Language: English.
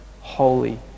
holy